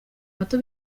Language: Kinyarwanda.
bato